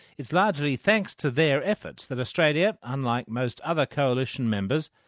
it's largely thanks to their efforts that australia, unlike most other coalition members,